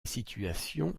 situation